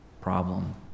problem